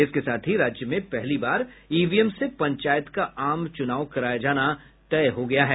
इसके साथ ही राज्य में पहली बार ईवीएम से पंचायत का आम चुनाव कराया जाना तय हो गया है